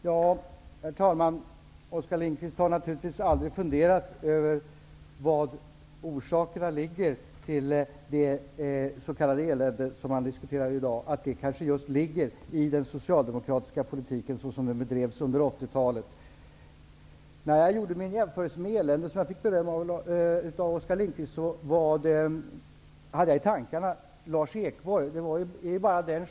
Herr talman! Oskar Lindkvist har naturligtvis aldrig funderat över om orsakerna till det s.k. elände som han diskuterade i dag kanske ligger just i den socialdemokratiska politik som bedrevs under 1980-talet. När jag gjorde min jämförelse med eländet, som jag fick beröm för av Oskar Lindkvist, hade jag Lars Ekborg i tankarna.